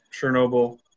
chernobyl